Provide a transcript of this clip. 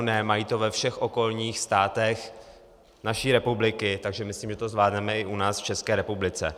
Mají to ve všech okolních státech naší republiky, takže myslím, že to zvládneme i u nás, v České republice.